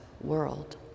world